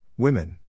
Women